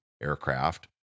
aircraft